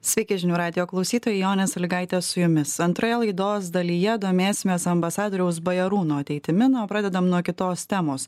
sveiki žinių radijo klausytojai jonė salygaitė su jumis antroje laidos dalyje domėsimės ambasadoriaus bajarūno ateitimi na o pradedam nuo kitos temos